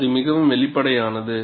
அது மிகவும் வெளிப்படையானது